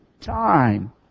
time